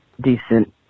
decent